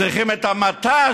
צריכים את המט"ש,